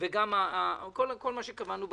וכל מה שקבענו בקריטריונים.